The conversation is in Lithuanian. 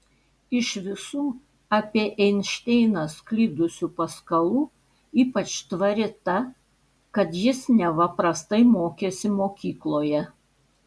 iš visų apie einšteiną sklidusių paskalų ypač tvari ta kad jis neva prastai mokėsi mokykloje